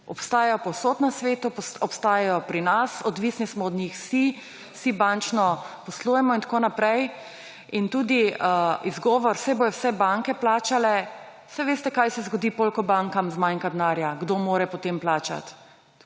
obstajajo povsod na svetu, obstajajo pri nas, odvisni smo od njih vsi, vsi bančno poslujemo in tako naprej. Tudi izgovor, saj bodo vse banke plačale, saj veste, kaj se zgodi, potem ko bankam zmanjka denarja – kdo mora potem plačati?